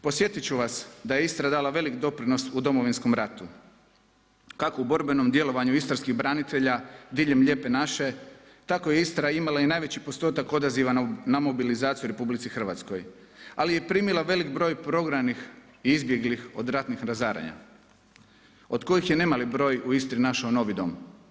Podsjetit ću vas da je Istra dala velik doprinos u Domovinskom ratu kako u borbenom djelovanju istarskih branitelja diljem Lijepe naše, tako je Istra imala i najveći postotak odaziva na mobilizaciju u RH, ali je i primila veliki prognanih i izbjeglih od ratnih razaranja od kojih je nemali broj u Istri našao novi dom.